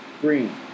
Green